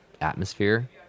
atmosphere